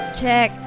Check